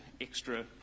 extra